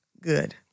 Good